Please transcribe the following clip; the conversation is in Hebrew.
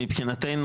מבחינתנו,